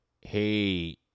hey